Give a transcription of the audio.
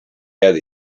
have